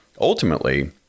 Ultimately